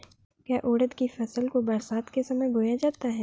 क्या उड़द की फसल को बरसात के समय बोया जाता है?